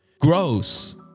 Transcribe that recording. Gross